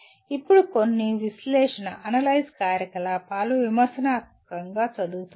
ఇప్పుడు కొన్ని విశ్లేషణఅనలైజ్ కార్యకలాపాలు విమర్శనాత్మకంగా చదువుతున్నాయి